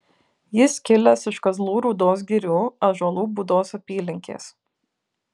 jis kilęs iš kazlų rūdos girių ąžuolų būdos apylinkės